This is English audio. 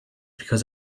because